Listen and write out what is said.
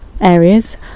areas